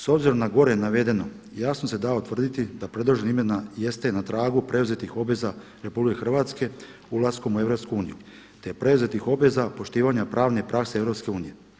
S obzirom na gore navedeno jasno se da utvrditi da predložena imena jeste na tragu preuzetih obveza RH ulaskom u EU, te preuzetih obveza poštivanja pravne prakse EU.